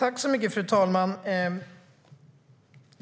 Fru talman!